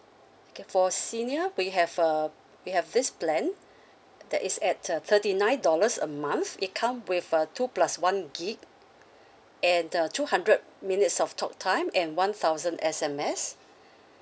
okay for senior we have uh we have this plan that is at uh thirty nine dollars a month it come with a two plus one gig and a two hundred minutes of talk time and one thousand S_M_S